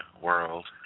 world